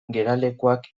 geralekuak